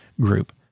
group